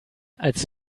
als